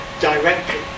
directly